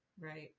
Right